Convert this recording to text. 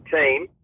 team